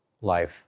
life